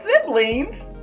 siblings